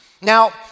Now